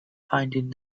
finding